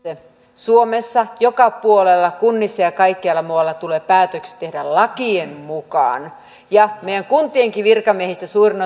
suomessa joka puolella kunnissa ja kaikkialla muualla tulee päätökset tehdä lakien mukaan meidän kuntiemmekin virkamiehistä suurin